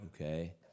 okay